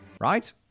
right